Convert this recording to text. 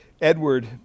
Edward